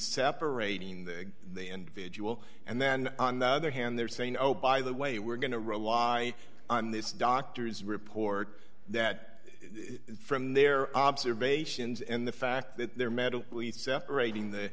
separating the the individual and then on the other hand they're saying oh by the way we're going to rely on this doctor's report that from their observations and the fact that they're medically separating the